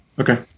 Okay